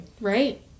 Right